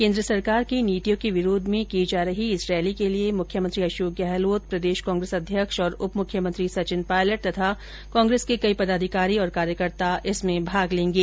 केन्द्र सरकार की नीतियों के विरोध में की जा रही इस रैली के लिए मुख्यमंत्री अशोक गहलोत प्रदेश कांग्रेस अध्यक्ष और उपमुख्यमंत्री सचिन पायलट और कांग्रेस के कई पदाधिकारी तथा कार्यकर्ता भाग लेंगे